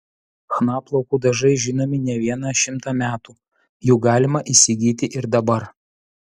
chna plaukų dažai žinomi ne vieną šimtą metų jų galima įsigyti ir dabar